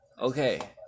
Okay